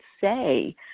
say